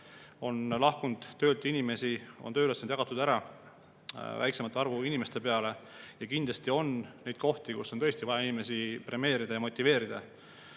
lahkunud, tööülesanded on jagatud ära väiksema arvu inimeste peale – kindlasti on neid kohti, kus on tõesti vaja inimesi premeerida ja motiveerida.